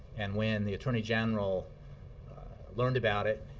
and when the attorney general learned about it,